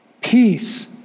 Peace